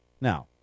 Now